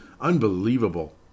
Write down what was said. unbelievable